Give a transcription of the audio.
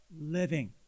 living